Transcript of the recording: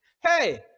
Hey